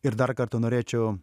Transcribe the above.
ir dar kartą norėčiau